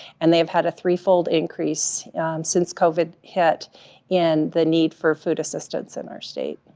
and they have had a threefold increase since covid hit in the need for food assistance in our state.